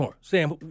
Sam